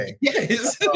Yes